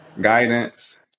guidance